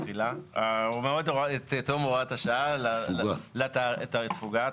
תיאום הוראת השעה לתאריך התפוגה,